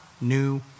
new